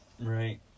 right